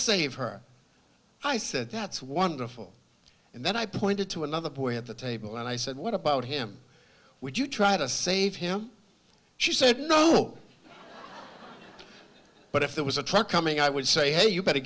save her i said that's wonderful and then i pointed to another boy at the table and i said what about him would you try to save him she said no but if there was a truck coming i would say hey you better